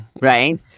right